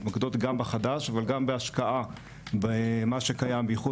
גם בחדש וגם בהשקעה של מה שקיים בייחוד